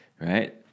right